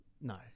No